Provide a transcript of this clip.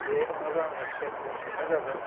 बेहाय थाङोबा आङो ट्रेइनजों थांनाय जागोन